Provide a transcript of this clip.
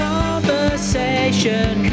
Conversation